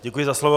Děkuji za slovo.